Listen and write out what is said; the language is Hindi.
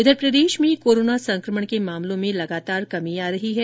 इधर प्रदेश में कोरोना संकमण के मामलों में लगातार कमी आ रही है